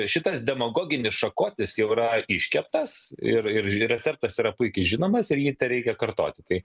šitas demagoginis šakotis jau yra iškeptas ir ir receptas yra puikiai žinomas ir jį tereikia kartoti tai